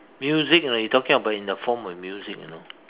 music lah you're talking in a form of music you know